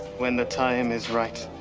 when the time is right,